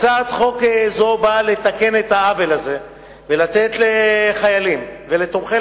הצעת חוק זו באה לתקן את העוול הזה ולתת לחיילים ולתומכי